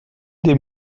des